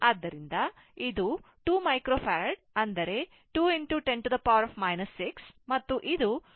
ಆದ್ದರಿಂದ ಇದು 2 microFarad ಅಂದರೆ 2 10 6 ಮತ್ತು ಇದು 14 KΩ ಆಗಿರುತ್ತದೆ